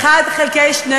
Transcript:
1 חלקי 12,